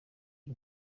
iyi